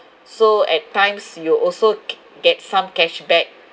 so at times you'll also get some cashback